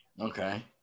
Okay